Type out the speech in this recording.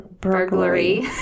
Burglary